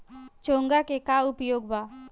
चोंगा के का उपयोग बा?